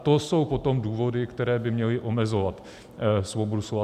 To jsou potom důvody, které by měly omezovat svobodu slova.